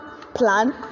plan